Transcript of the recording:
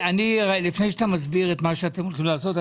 לפני שאתה מסביר את מה שאתם הולכים לעשות,